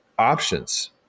options